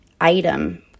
item